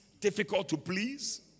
difficult-to-please